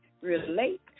relate